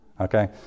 Okay